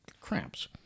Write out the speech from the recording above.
cramps